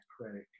credit